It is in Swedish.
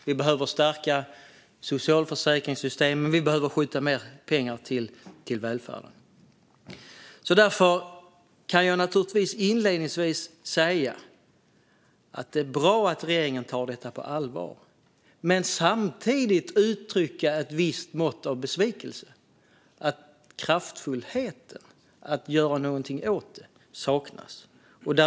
Vi behöver stärka socialförsäkringssystemen, och vi behöver skjuta till mer pengar till välfärden. Därför kan jag inledningsvis säga att det är bra att regeringen tar detta på allvar, men samtidigt uttrycker jag ett visst mått av besvikelse. Kraften att göra något åt situationen saknas.